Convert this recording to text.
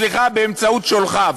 סליחה, באמצעות שולחיו.